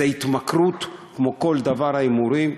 זה התמכרות לכל דבר, ההימורים,